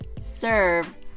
serve